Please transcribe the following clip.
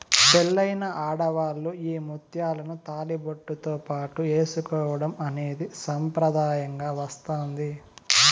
పెళ్ళైన ఆడవాళ్ళు ఈ ముత్యాలను తాళిబొట్టుతో పాటు ఏసుకోవడం అనేది సాంప్రదాయంగా వస్తాంది